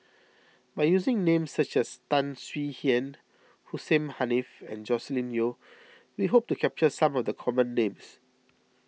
by using names such as Tan Swie Hian Hussein Haniff and Joscelin Yeo we hope to capture some of the common names